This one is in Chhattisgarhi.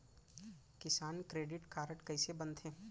किसान क्रेडिट कारड कइसे बनथे?